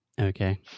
Okay